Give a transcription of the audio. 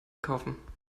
kaufen